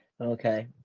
Okay